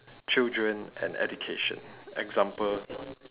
children and education example